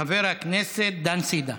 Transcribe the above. חבר הכנסת דן סִידה.